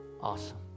Awesome